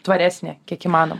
tvaresnė kiek įmanoma